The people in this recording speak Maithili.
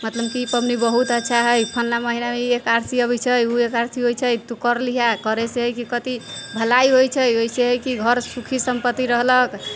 मतलब की ई पबनी बहुत अच्छा हइ फलना महीनामे ई एकादशी अबै छै उ एकादशी होइ छै तू कर ली हऽ अइसे है कि कथी भलाई होइ छै अइसँ है कि घर सुखी सम्पत्ति रहलक